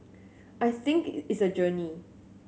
I think it it's a journey